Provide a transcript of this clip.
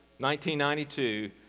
1992